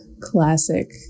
classic